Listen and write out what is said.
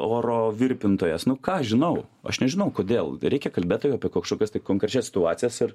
oro virpintojas nu ką aš žinau aš nežinau kodėl reikia kalbėt apie kažkokias tai konkrečias situacijas ir